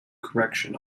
correction